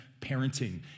parenting